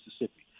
Mississippi